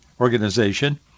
Organization